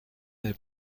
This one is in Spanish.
del